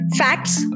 facts